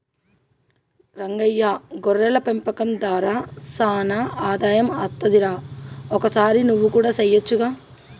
రంగయ్య గొర్రెల పెంపకం దార సానా ఆదాయం అస్తది రా ఒకసారి నువ్వు కూడా సెయొచ్చుగా